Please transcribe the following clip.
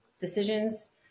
decisions